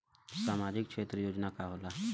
सामाजिक क्षेत्र योजना का होला?